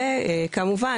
וכמובן,